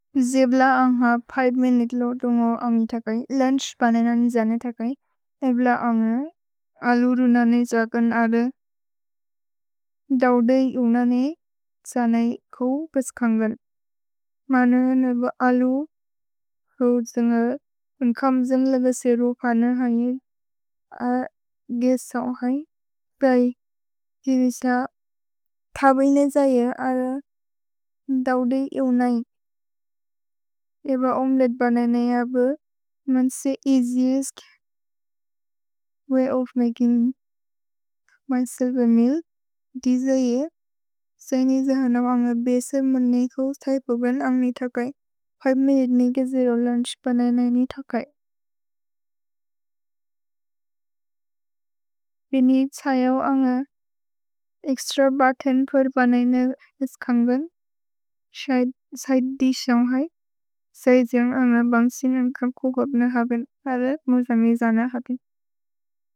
जिब्ल अन्घ five minute लो दुन्गो अन्घि थकै। लुन्छ् पने ननि जने थकै। एब्ल अन्घ अलु रु नने जकन् अर्र दव्दे यु नने जने कु बस् खन्गन्। मनु नबु अलु हु जन्गल्। उन् खम् जन्ग्ल बसेरो पने है। अर्र गेसव् है। प्रए। जिब्ल थबने जये अर्र दव्दे यु नने। एब्ल ओम्लेत् पने ननि अबु। मन्से easiest way of making myself a meal. दि जये। जने जहनब् अन्घ बसे मुनिको थै पोबन् अन्घि थकै। फिवे मिनुते निगे जेरो लुन्छ् पने ननि थकै। भेने त्सयो अन्घ एक्स्त्र बतेन् पोर् बने निल् इस्कन्गन्। त्सै दिसोन्ग् है। त्सै द्जिओन्ग् अन्घ बन्सिन् मिन्कम् कुगोब्ने हबिन्। अर्र मुज मि जने हबिन्।